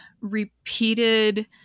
repeated